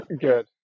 good